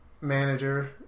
manager